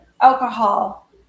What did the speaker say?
alcohol